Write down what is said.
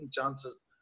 chances